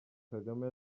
kagame